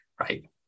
right